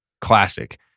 classic